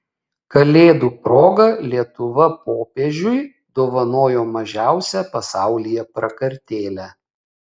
kalėdų proga lietuva popiežiui dovanojo mažiausią pasaulyje prakartėlę